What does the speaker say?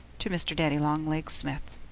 to mr. daddy-long-legs smith